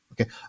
okay